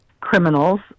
criminals